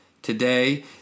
today